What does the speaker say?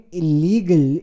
illegal